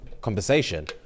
conversation